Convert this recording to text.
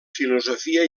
filosofia